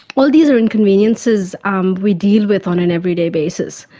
all these are inconveniences um we deal with on an everyday basis,